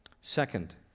Second